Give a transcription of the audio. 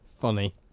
funny